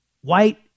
white